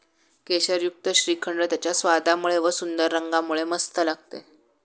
केशरयुक्त श्रीखंड त्याच्या स्वादामुळे व व सुंदर रंगामुळे मस्त लागते